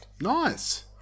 Nice